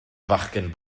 fachgen